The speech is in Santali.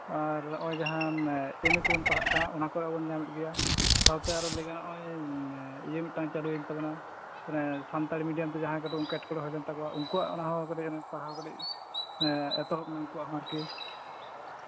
ᱱᱚᱜᱼᱚᱭ ᱡᱟᱦᱟᱸ ᱮᱢ ᱮ ᱠᱚᱵᱚᱱ ᱯᱟᱲᱦᱟᱜ ᱠᱟᱱᱟ ᱚᱱᱟ ᱠᱚᱨᱮᱜ ᱵᱚᱱ ᱧᱮᱞᱮᱜ ᱜᱮᱭᱟ ᱥᱟᱶᱛᱮ ᱞᱟᱹᱭ ᱜᱟᱱᱚᱜᱼᱟ ᱱᱚᱜᱼᱚᱭ ᱤᱭᱟᱹ ᱢᱤᱫᱴᱟᱱ ᱪᱟᱹᱞᱩᱭᱮᱱ ᱛᱟᱵᱚᱱᱟ ᱢᱟᱱᱮ ᱥᱟᱱᱛᱟᱲᱤ ᱢᱤᱰᱤᱭᱟᱢ ᱛᱮᱫᱚ ᱡᱟᱦᱟᱸᱭ ᱠᱚᱫᱚ ᱮᱸᱴᱠᱮᱴᱚᱲᱮ ᱦᱩᱭ ᱞᱮᱱ ᱛᱟᱠᱚᱣᱟ ᱩᱱᱠᱩ ᱚᱱᱟᱦᱚᱸ ᱠᱟᱹᱴᱤᱡ ᱮᱛᱚᱦᱚᱵ ᱮᱱᱟ ᱟᱨᱠᱤ